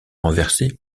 renversée